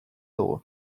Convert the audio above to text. dugu